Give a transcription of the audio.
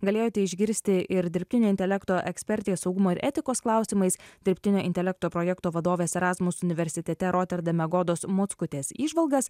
galėjote išgirsti ir dirbtinio intelekto ekspertės saugumo ir etikos klausimais dirbtinio intelekto projekto vadovės erasmus universitete roterdame godos mockutės įžvalgas